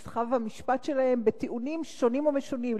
נסחב המשפט שלהם בטיעונים שונים ומשונים.